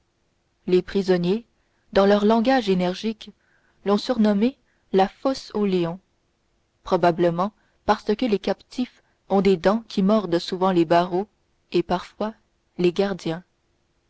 les prisonniers dans leur langage énergique l'ont surnommé la fosse aux lions probablement parce que les captifs ont des dents qui mordent souvent les barreaux et parfois les gardiens